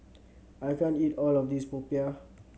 I can't eat all of this popiah